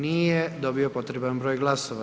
Nije dobio potreban broj glasova.